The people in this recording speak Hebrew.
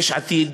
יש עתיד